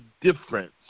difference